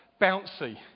bouncy